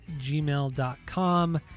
gmail.com